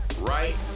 right